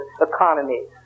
economies